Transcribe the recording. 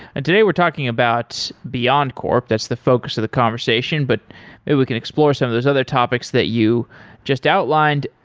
and today we're talking about beyondcorp. that's the focus of the conversation, but maybe we can explore some of those other topics that you just outlined.